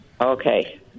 Okay